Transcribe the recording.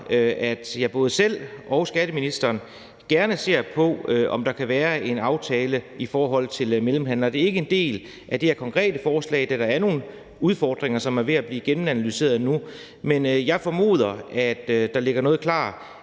at både jeg selv og skatteministeren gerne ser på, om der kan være en aftale i forhold til mellemhandlere. Det er ikke en del af det her konkrete forslag, da der er nogle udfordringer, som er ved at blive gennemanalyseret nu, men jeg formoder, at der ligger noget klar